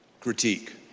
Critique